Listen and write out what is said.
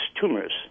tumors